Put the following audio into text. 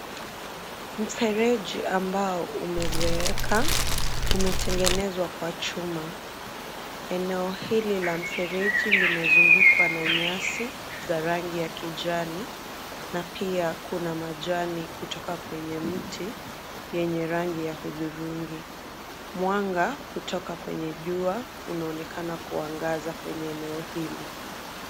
Mfereji ambao umezeeka, umetegenezwa kwa chuma. Eneo hili la mfereji limezugukwa na nyasi za rangi ya kijani na pia kuna majani kutoka kwenye mti yenye rangi ya hudhurugi. Mwanga kutoka kwenye jua unaonekana kuangaza kwenye eneo hili.